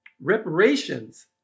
reparations